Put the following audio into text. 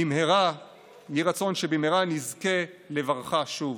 יהי רצון שבמהרה נזכה לברכה שוב: